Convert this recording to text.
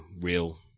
real